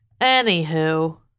Anywho